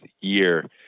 year